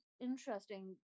interesting